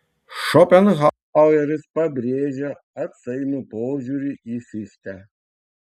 šopenhaueris pabrėžia atsainų požiūrį į fichtę